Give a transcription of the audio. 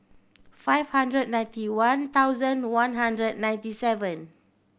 five hundred ninety one thousand one hundred ninety seven